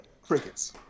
Crickets